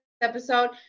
episode